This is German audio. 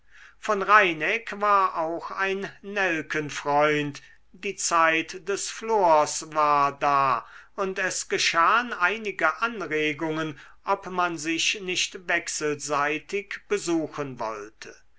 von reineck war auch ein nelkenfreund die zeit des flors war da und es geschahen einige anregungen ob man sich nicht wechselseitig besuchen wollte